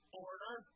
order